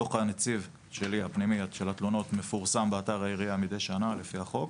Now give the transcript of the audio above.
דוח הנציב שלי הפנימי של התלונות מפורסם באתר העירייה מדי שנה לפי החוק.